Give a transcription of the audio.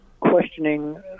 questioning